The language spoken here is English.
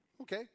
Okay